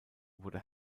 wurde